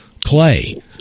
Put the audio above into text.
clay